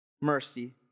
mercy